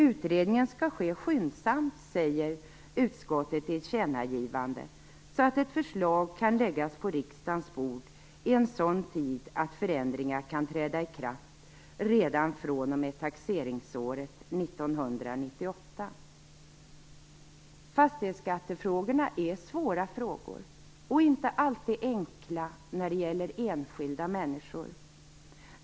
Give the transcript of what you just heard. Utredningen skall ske skyndsamt säger utskottet i sitt tillkännagivande, så att ett förslag kan läggas fram på riksdagens bord i så god tid att förändringar kan träda i kraft redan fr.o.m. taxeringsåret 1998. Fastighetsskattefrågorna är svåra, och det är inte alltid enkelt när det gäller enskilda människor.